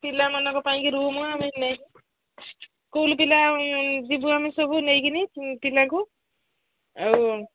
ପିଲାମାନଙ୍କ ପାଇଁକି ରୁମ୍ ଆମେ ନେଇ ସ୍କୁଲ୍ ପିଲା ଯିବୁ ଆମେ ସବୁ ନେଇକିରି ପିଲାକୁ ଆଉ